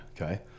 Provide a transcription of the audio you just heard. okay